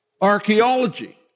Archaeology